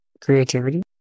creativity